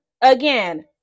again